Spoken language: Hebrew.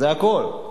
זה הכול.